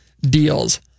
deals